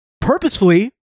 purposefully